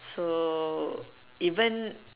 so even